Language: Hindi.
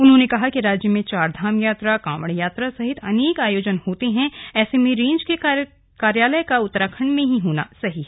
उन्होंने कहा कि राज्य में चारधाम यात्रा कांवड यात्रा सहित अनेक आयोजन होते हैं ऐसे में रेंज के कार्यालय का उत्तराखण्ड में ही होना सही है